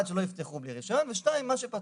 ראשית שלא יפתחו בלי רישיון ושנית שיסדירו את מה שפתחו,